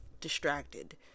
distracted